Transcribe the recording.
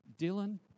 Dylan